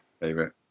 favorite